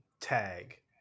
tag